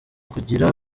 kugira